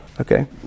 okay